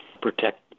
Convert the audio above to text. protect